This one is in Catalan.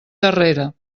darrere